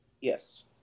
Yes